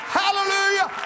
hallelujah